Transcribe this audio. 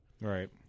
Right